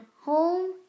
home